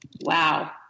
Wow